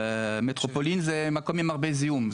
מטרופולין זה מקום עם הרבה זיהום,